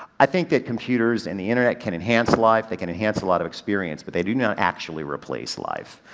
i think that computers and the internet can enhance life, they can enhance a lot of experience, but they do not actually replace life.